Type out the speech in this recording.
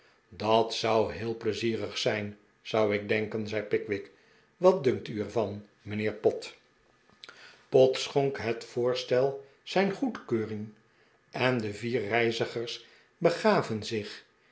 dat zou heel pleizierig zijn zou ik deriken zei pickwick wat dunkt u er van mijnheer pott j o urn alt st i eke twist pott schonk het voorstel zijn goedkeuring en de vier reizigers begaven zich